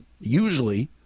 usually